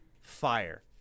fire